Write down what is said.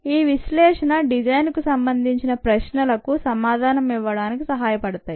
ఈ విశ్లేషణ డిజైన్కు సంబంధించిన ప్రశ్నలకు సమాధానం ఇవ్వడానికి సాయ పడుతుంది